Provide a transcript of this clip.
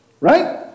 right